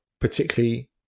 particularly